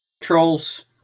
trolls